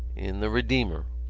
in the redeemer.